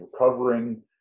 recovering